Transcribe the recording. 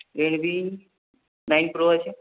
Realme nine pro আছে